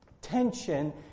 tension